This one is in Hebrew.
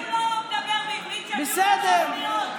אם הוא לא מדבר בעברית, שיביאו לנו אוזניות.